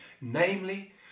namely